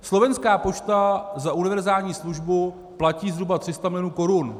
Slovenská pošta za univerzální službu platí zhruba 300 mil. korun.